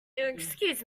excuse